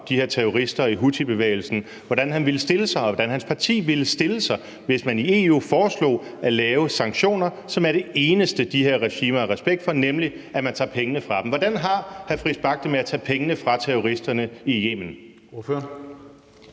de her terrorister i houthibevægelsen – ville stille sig, hvis man i EU foreslog at lave sanktioner, som er det eneste, de her regimer har respekt for, nemlig at man tager pengene fra dem. Hvordan har hr. Christian Friis Bach det med at tage pengene fra terroristerne i Yemen?